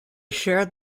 shared